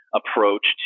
approach